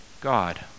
God